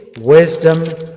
wisdom